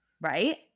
Right